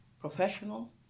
professional